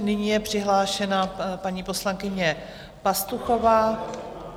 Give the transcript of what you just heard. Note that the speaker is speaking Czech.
Nyní je přihlášena paní poslankyně Pastuchová.